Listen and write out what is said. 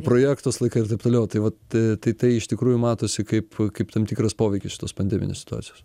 projektus laiką ir taip toliau tai vat tai tai iš tikrųjų matosi kaip kaip tam tikras poveikis šitos pandeminės situacijos